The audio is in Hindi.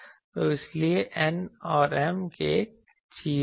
तो इसीलिए n और m एक चीज है